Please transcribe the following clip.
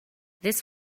this